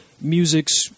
Musics